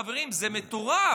חברים, זה מטורף.